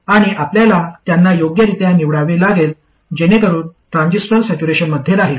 आणि आपल्याला त्यांना योग्यरित्या निवडावे लागेल जेणेकरुन ट्रान्झिस्टर सॅच्युरेशनमध्ये राहील